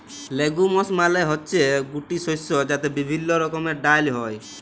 legumes মালে হচ্যে গুটি শস্য যাতে বিভিল্য রকমের ডাল হ্যয়